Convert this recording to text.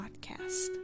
podcast